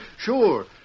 Sure